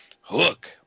hook